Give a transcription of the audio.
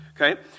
Okay